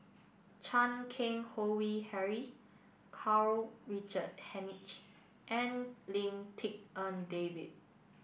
Chan Keng Howe Harry Karl Richard Hanitsch and Lim Tik En David